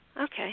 Okay